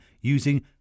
using